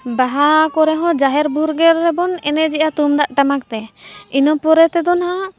ᱵᱟᱦᱟ ᱠᱚᱨᱮ ᱦᱚᱸ ᱡᱟᱦᱮᱨ ᱵᱷᱳᱨ ᱨᱮᱜᱮ ᱵᱚᱱ ᱮᱱᱮᱡᱮᱜᱼᱟ ᱛᱩᱢᱫᱟᱜ ᱴᱟᱢᱟᱠ ᱛᱮ ᱤᱱᱟᱹ ᱯᱚᱨᱮ ᱛᱮᱫᱚ ᱱᱟᱦᱟᱜ